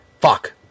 Fuck